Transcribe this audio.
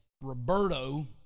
Roberto